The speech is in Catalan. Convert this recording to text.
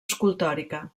escultòrica